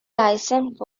license